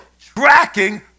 tracking